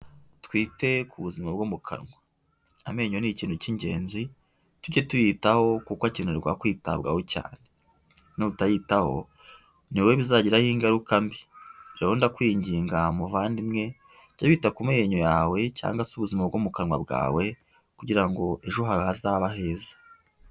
Twite ku buzima bwo mu kanwa. Amenyo ni ikintu cy'ingenzi tujye tuyitaho kuko akenerwa kwitabwaho cyane. Nutayitaho ni wowe bizagiraho ingaruka mbi. Rero ndakwinginga muvandimwe jya wita ku menyo yawe cyangwa se ubuzima bwo mu kanwa bwawe, kugira ngo ejo hawe hazabe aheza.